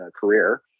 career